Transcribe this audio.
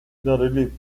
relief